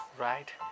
right